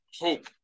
Hope